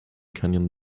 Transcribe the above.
canyon